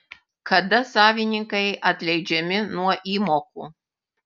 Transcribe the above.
kada savininkai atleidžiami nuo įmokų